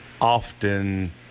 often